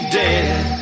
dead